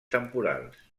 temporals